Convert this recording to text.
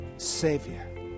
savior